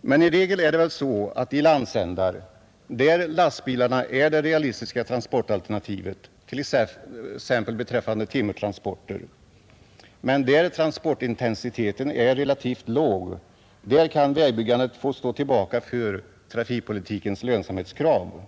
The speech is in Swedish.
men i regel är det väl så att de landsändar, där lastbilarna är det realistiska transportalternativet. t.ex. timmertransporter, men där transportintensiteten är relativt låg, kan vägbyggandet få stå tillbaka för trafikpolitikens lönsamhetskrav.